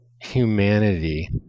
humanity